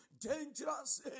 dangerous